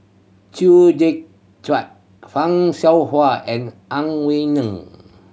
Chew Joo Chiat Fan Shao Hua and Ang Wei Neng